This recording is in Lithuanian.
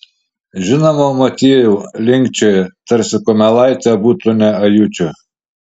žinoma motiejau linkčioja tarsi kumelaitė būtų ne ajučio